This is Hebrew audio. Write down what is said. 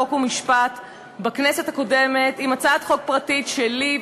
חוק ומשפט בכנסת הקודמת עם הצעת חוק פרטית שלי,